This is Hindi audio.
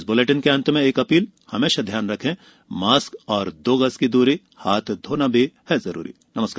इस बूलेटिन के अंत मे एक अपील हमेशा ध्यान रखे मास्क और दो गज की दूरी हाथ धोना भी है जरूरी नमस्कार